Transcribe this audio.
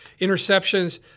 Interceptions